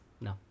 no